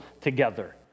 together